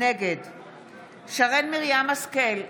נגד שרן מרים השכל,